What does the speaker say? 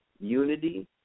unity